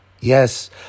Yes